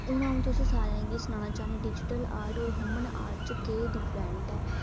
हून अ'ऊं तुसें सारें गी सनाना चाहन्नीं डिजिटल आर्ट और हूमन आर्ट च केह् डिफरैंट ऐ